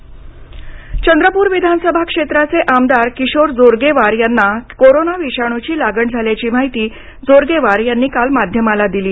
चंद्रपूर आमदार चंद्रपूर विधानसभा क्षेत्राचे आमदार किशोर जोरगेवार यांना कोरोना विषाणूची लागण झाल्याची माहिती जोरगेवार यांनी काल माध्यमाला दिली